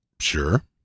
Sure